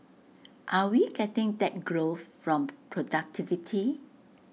are we getting that growth from productivity